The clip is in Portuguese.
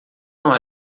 não